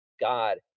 God